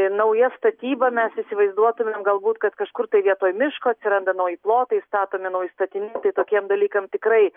nauja statyba mes įsivaizduotumėm galbūt kad kažkur tai vietoj miško atsiranda nauji plotai statomi nauji statiniai tai tokiem dalykams tikrai